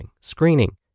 screening